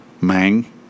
Mang